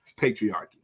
patriarchy